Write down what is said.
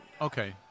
okay